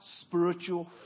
spiritual